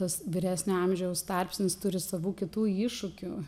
tas vyresnio amžiaus tarpsnis turi savų kitų iššūkių